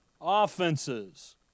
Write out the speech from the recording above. offenses